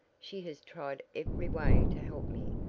she has tried every way to help me,